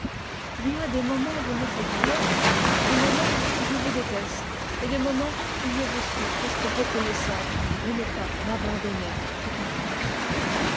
il y a des moments où vous me faites peur des moments où je vous déteste et des moments où je vous suis presque reconnaissante de ne pas m'abandonner tout à fait